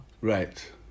Right